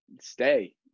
stay